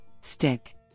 stick